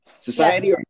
society